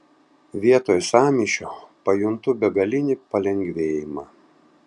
vietoj sąmyšio pajuntu begalinį palengvėjimą